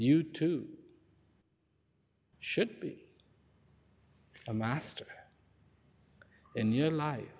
you two should be a master in your life